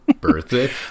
birthday